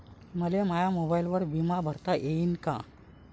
मले माया मोबाईलनं बिमा भरता येईन का?